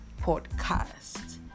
podcast